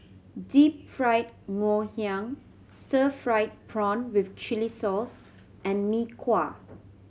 Deep Fried Ngoh Hiang stir fried prawn with chili sauce and Mee Kuah